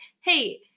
hey